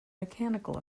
mechanical